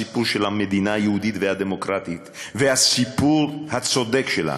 הסיפור של המדינה היהודית והדמוקרטית והסיפור הצודק שלנו,